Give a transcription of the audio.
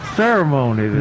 ceremony